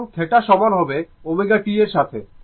এবং θ সমান হবে ω t এর সাথে